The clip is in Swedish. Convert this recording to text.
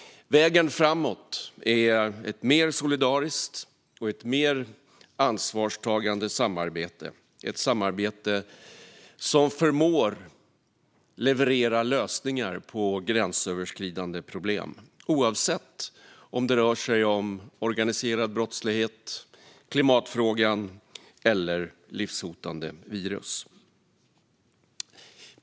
Vägen framåt är ett mer solidariskt och ett mer ansvarstagande samarbete, ett samarbete som förmår leverera lösningar på gränsöverskridande problem, oavsett om det rör sig om organiserad brottslighet, klimatfrågan eller livshotande virus.